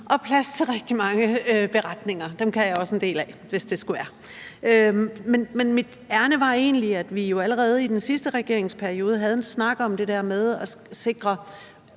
og plads til rigtig mange beretninger – dem kan jeg også en del af, hvis det skulle være. Men mit ærinde var egentlig, at vi jo allerede i den sidste regeringsperiode havde en snak om det der med at sikre